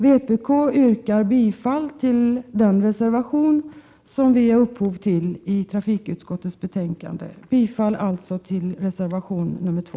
Vpk yrkar bifall till den reservation som vi är upphov till i trafikutskottets betänkande. Jag yrkar alltså bifall till reservation nr 2.